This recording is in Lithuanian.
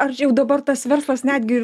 ar jau dabar tas verslas netgi